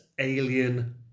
Alien